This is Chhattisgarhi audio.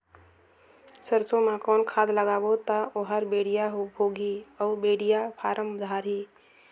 सरसो मा कौन खाद लगाबो ता ओहार बेडिया भोगही अउ बेडिया फारम धारही?